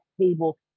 table